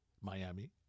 Miami